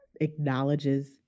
acknowledges